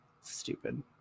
Stupid